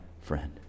friend